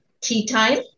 tea-time